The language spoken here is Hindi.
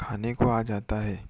खाने को आ जाता है